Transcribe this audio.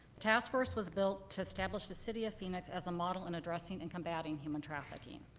task force was built to establish the city of phoenix as a model in addressing and combating human trafficking,